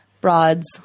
broads